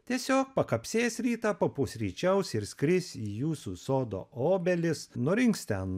tiesiog pakapsės rytą papusryčiaus ir skris į jūsų sodo obelis nurinks ten